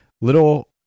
little